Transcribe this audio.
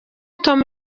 tom